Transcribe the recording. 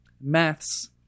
Maths